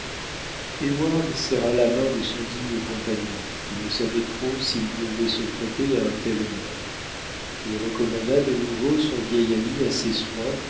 heyward serra la main de son digne compagnon qui ne savait trop s'il devait se prêter à un tel honneur il recommanda de nouveau son vieil ami à ses soins